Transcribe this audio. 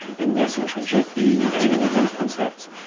and we also introduced the dynamics and concepts,